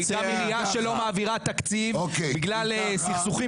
גם עירייה שלא מעבירה תקציב בגלל סכסוכים